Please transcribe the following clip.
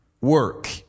work